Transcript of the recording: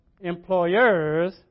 employers